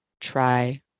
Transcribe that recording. try